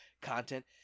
content